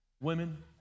women